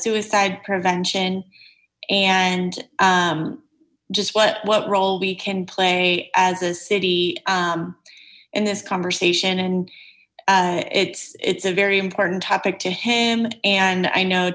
suicide prevention and just what what role we can play as a city in this conversation and it's it's a very important topic to him and i know